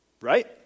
Right